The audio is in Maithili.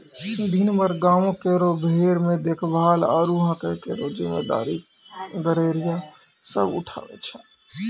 दिनभर गांवों केरो भेड़ के देखभाल आरु हांके केरो जिम्मेदारी गड़ेरिया सब उठावै छै